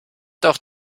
doch